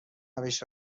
روش